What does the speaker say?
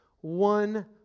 one